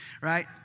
Right